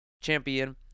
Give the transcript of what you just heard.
champion